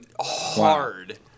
hard